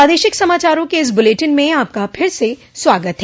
प्रादेशिक समाचारों के इस बुलेटिन में आपका फिर से स्वागत है